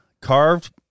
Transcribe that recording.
Carved